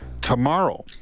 Tomorrow